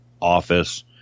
office